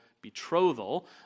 betrothal